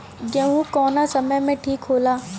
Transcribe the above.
गेहू कौना समय मे ठिक होला?